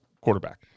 quarterback